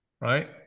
right